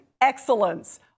Excellence